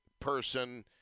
person